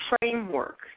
framework